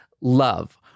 love